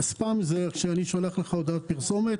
ספאם זה כשאני שולח לך הודעת פרסומת.